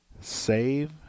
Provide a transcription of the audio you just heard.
save